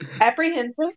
apprehensive